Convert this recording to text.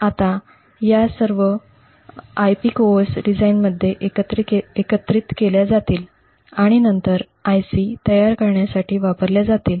आता या सर्व IP कोअर्स डिझाइनमध्ये एकत्रित केल्या जातील आणि नंतर IC तयार करण्यासाठी वापरल्या जातील